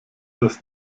das